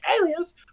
aliens